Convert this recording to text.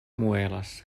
muelas